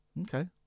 Okay